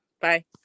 Bye